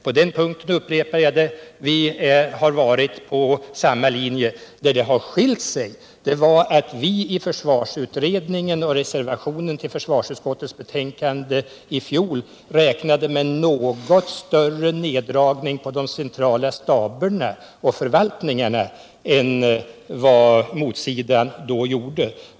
På den punkten, det upprepar jag, har vi varit på samma linje. Det har skilt sig på det sättet att vi i försvarsutredningen och i reservationer till försvarsutskottets betänkande i fjol räknade med något större neddragning på de centrala staberna och förvaltningarna än motsidan då gjorde.